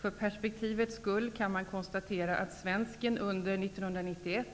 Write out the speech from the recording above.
För perspektivets skull kan man konstatera att svenskarna under 1991